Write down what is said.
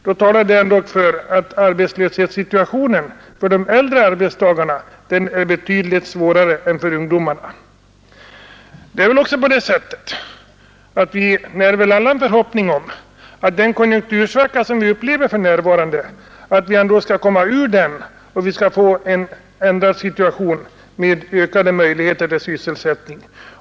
Det talar ändock för att arbetslöshetssituationen för de äldre är betydligt svårare än för ungdomarna. Vi när väl också en förhoppning om att komma ur den konjunktursvacka som vi upplever för närvarande och få en ändrad situation med ökade möjligheter till sysselsättning.